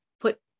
put